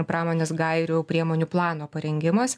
pramonės gairių priemonių plano parengimas